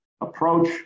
approach